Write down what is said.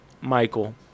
Michael